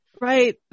right